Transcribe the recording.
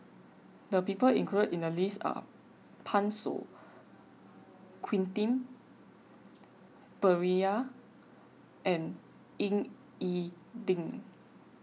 the people included in the list are Pan Shou Quentin Pereira and Ying E Ding